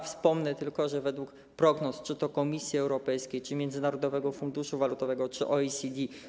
Wspomnę tylko, że według prognoz czy to Komisji Europejskiej, czy Międzynarodowego Funduszu Walutowego, czy OECD.